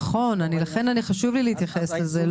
נכון, לכן חשוב לי להתייחס לזה.